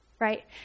Right